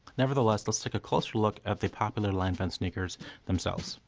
nevertheless, let's take a closer look at the popular line fence sneakers themselves.